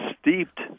steeped